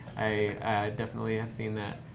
i definitely have seen that.